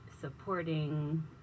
supporting